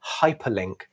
hyperlink